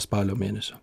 spalio mėnesio